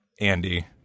Andy